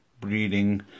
breeding